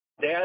dad